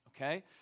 okay